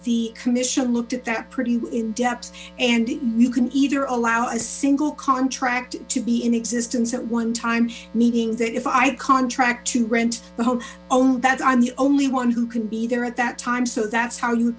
the commission looked at that pretty in depth and you can either allow a single contract to be in existence at one time meaning that if i contract to rent the home owner that i'm the only one who can be there at that time so that's how you